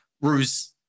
Ruse